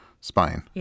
spine